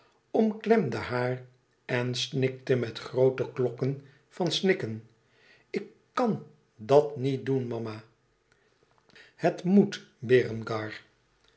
omklemde haar en snikte met groote klokken van snikken ik kàn dat niet doen mama het moet berengar